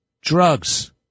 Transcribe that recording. Drugs